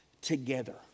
together